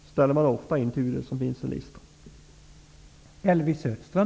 Dit ställer man ofta in turer som finns i listan.